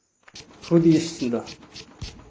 ᱦᱩᱫᱤᱥ ᱫᱚ